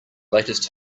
latest